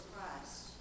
Christ